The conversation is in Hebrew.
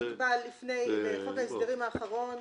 זה דבר שנקבע לפני חוק ההסדרים האחרון.